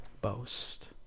boast